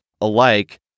alike